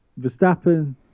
Verstappen